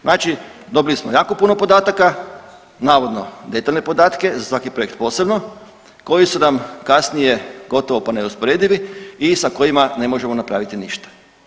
Znači dobili smo jako puno podataka, navodno detaljne podatke za svaki projekt posebno koji su nam kasnije gotovo pa neusporedivi i sa kojima ne možemo napraviti ništa.